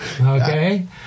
Okay